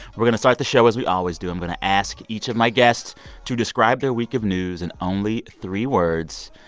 we're going to start the show as we always do. i'm going to ask each of my guests to describe their week of news in only three words.